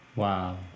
Wow